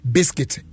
Biscuit